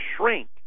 shrink